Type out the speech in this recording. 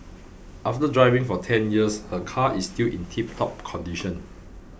after driving for ten years her car is still in tiptop condition